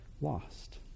lost